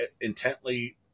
intently